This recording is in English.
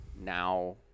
now